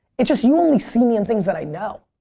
it's just you only see me in things that i know.